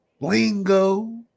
lingo